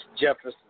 Jefferson